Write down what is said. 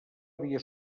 havia